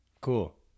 Cool